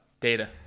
Data